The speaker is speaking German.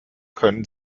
können